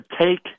take